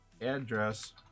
address